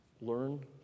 learn